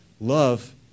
Love